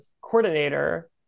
coordinator